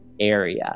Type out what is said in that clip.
area